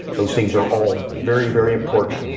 those things are all very, very important,